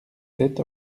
sept